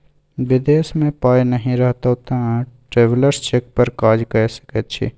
विदेश मे पाय नहि रहितौ तँ ट्रैवेलर्स चेक पर काज कए सकैत छी